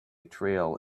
trail